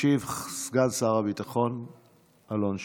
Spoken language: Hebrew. ישיב סגן שר הביטחון אלון שוסטר.